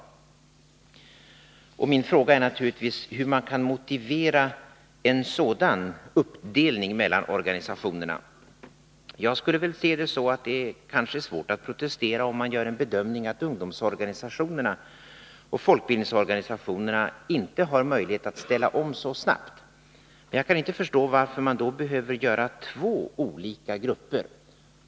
Min fråga är naturligtvis hur man kan motivera en sådan uppdelning mellan organisationerna. Jag skulle väl se det så, att det är svårt att protestera om man gör bedömningen att ungdomsorganisationerna och folkbildningsorganisationerna inte har möjlighet att ställa om så snabbt. Men jag kan inte förstå varför man då behöver göra två olika grupper.